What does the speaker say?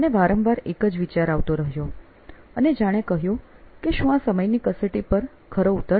મને વારંવાર એક જ વિચાર આવતો રહયો અને જાણે કહ્યું કે શું આ સમયની કસોટી પર ખરો ઉતરશે